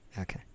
Okay